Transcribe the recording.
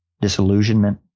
disillusionment